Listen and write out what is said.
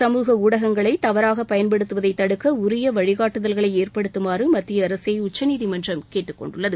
சமூக ஊடகங்களை தவறாக பயன்படுத்துவதைத் தடுக்க உரிய வழிகாட்டுதல்களை ஏற்படுத்துமாறு மத்திய அரசை உச்சநீதிமன்றம் கேட்டுக் கொண்டுள்ளது